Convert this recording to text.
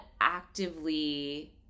actively